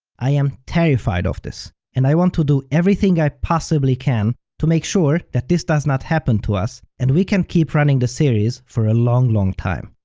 i am terrified of this and i want to do everything i possibly can to make sure that this does not happen to us and we can keep running this series for a long-long time.